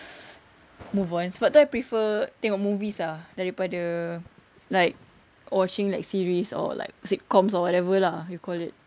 move on sebab tu I prefer tengok movies ah daripada like watching like series or like sitcoms or whatever lah you call it